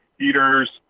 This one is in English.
eaters